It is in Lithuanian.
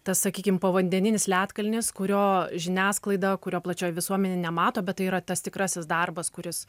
tas sakykim povandeninis ledkalnis kurio žiniasklaida kurio plačioji visuomenė nemato bet tai yra tas tikrasis darbas kuris